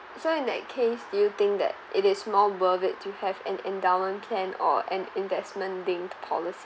so in that case do you think that it is more worth it to have an endowment plan or an investment-linked poli~